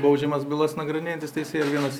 baudžiamas bylas nagrinėjantis teisėja vienas